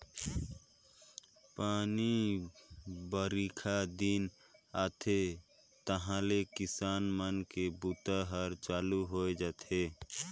पानी बाईरखा दिन आथे तहाँले किसान मन के बूता हर चालू होए जाथे